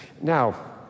Now